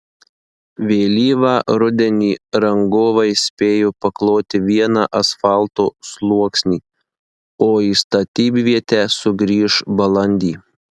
vėlyvą rudenį rangovai spėjo pakloti vieną asfalto sluoksnį o į statybvietę sugrįš balandį